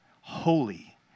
holy